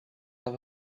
have